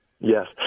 Yes